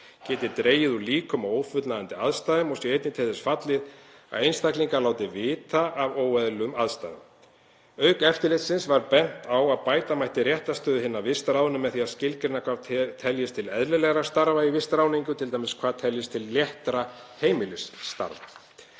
geti dregið úr líkum á ófullnægjandi aðstæðum og sé einnig til þess fallið að einstaklingar láti vita af óeðlilegum aðstæðum. Auk eftirlitsins var bent á að bæta mætti réttarstöðu hinna vistráðnu með því að skilgreina hvað teljist til eðlilegra starfa í vistráðningu, t.d. hvað teljist til léttra heimilisstarfa.